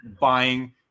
buying